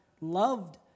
loved